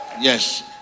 Yes